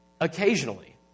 occasionally